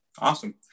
Awesome